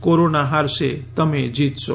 corona હારશે તમે જીતશો